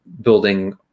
building